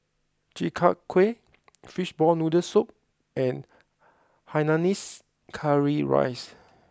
Chi Kak Kuih Fishball Noodle Soup and Hainanese Curry Rice